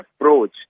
approach